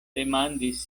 demandis